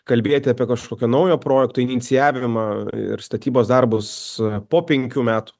kalbėti apie kažkokio naujo projekto inicijavimą ir statybos darbus po penkių metų